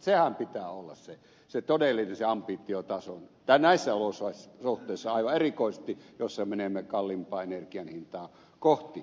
senhän pitää olla se todellinen ambitiotaso näissä olosuhteissa aivan erikoisesti joissa menemme kalliimpaa energian hintaa kohti